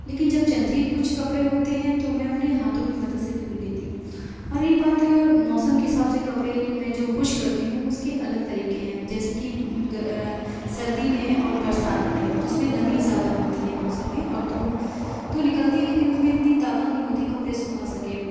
لیکن جب چند ہی کچھ کپڑے ہوتے ہیں تو میں انہیں ہاتھوں کی مدد سے دھل لیتی ہوں اور رہی بات موسم کے حساب سے کپڑے میں جو خشک کرتی ہوں اس کے الگ طریقے ہیں جیسے کہ سردی میں اور برسات میں اس میں نمی زیادہ ہوتی ہے موسم میں اور دھوپ تو نکلتی ہے لیکن اس میں اتنی طاقت نہیں ہوتی ہے کپڑے سکھا سکے